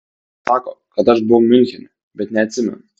sako kad aš buvau miunchene bet neatsimenu